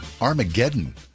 Armageddon